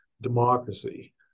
democracy